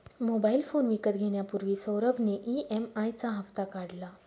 mobile phone विकत घेण्यापूर्वी सौरभ ने ई.एम.आई चा हप्ता काढला